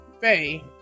Faye